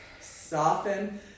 soften